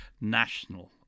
national